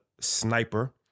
Sniper